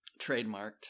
Trademarked